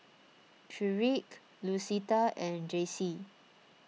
Tyrique Lucetta and Jaycie